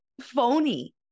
phony